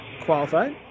qualified